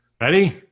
Ready